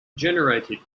generated